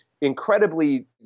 Incredibly